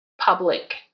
public